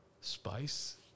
Spice